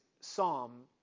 Psalm